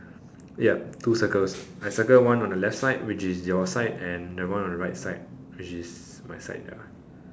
ya two circles I circled one on the left side which is your side and the one on the right side which is my side ya